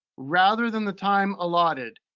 rather than the time allotted.